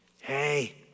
Hey